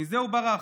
מזה הוא ברח.